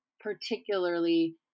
particularly